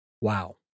Wow